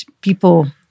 people